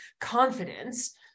confidence